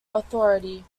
authority